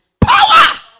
power